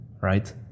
right